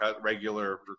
regular